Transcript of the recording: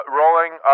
rolling